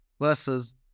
Versus